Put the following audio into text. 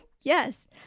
Yes